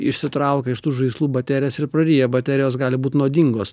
išsitraukia iš tų žaislų baterijas ir praryja baterijos gali būt nuodingos